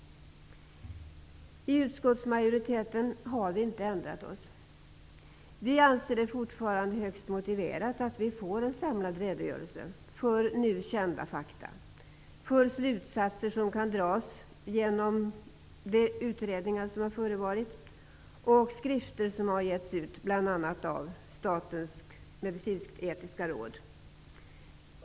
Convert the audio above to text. I utskottsmajoriteten har vi inte ändrat oss. Vi anser det fortfarande högst motiverat att vi får en samlad redogörelse för nu kända fakta och slutsatser som kan dras genom de utredningar som har förevarit och skrifter som har getts ut, bl.a. av Statens medicinsk-etiska råd.